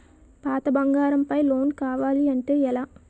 పాత బంగారం పై లోన్ కావాలి అంటే ఎలా?